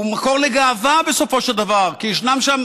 הוא מקור לגאווה, בסופו של דבר, כי ישנם שם